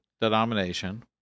denomination